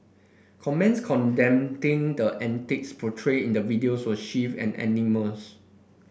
comments condemning the antics portrayed in the videos were swift and unanimous